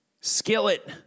Skillet